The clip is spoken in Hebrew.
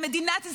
למדינת ישראל,